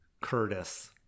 Curtis